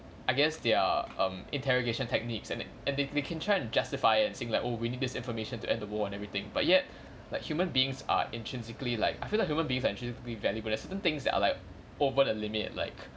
I guess their um interrogation techniques and and they they can try to justify and saying like oh we need this information to end the war and everything but yet like human beings are intrinsically like I feel like human beings are shouldn't be valuable there's certain things are like over the limit like